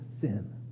sin